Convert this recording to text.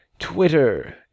Twitter